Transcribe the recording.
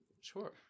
sure